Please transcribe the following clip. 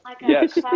Yes